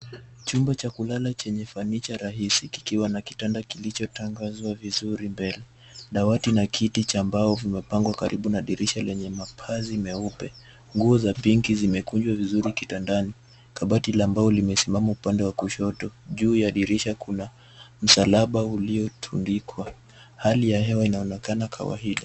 Chumba cha kulala chenye fanicha rahisi kikiwa na kitanda kilichotandazwa vizuri mbele Dawati na kiti cha mbao vimepangwa karibu na dirisha lenye mapazi meupe. Nguo za pinki zimekunjwa vizuri kitandani. Kabati la mbao limesimama upande wa kushoto. Juu ya dirisha kuna msalaba uliotundikwa. Hali ya hewa inaonekana kawaida.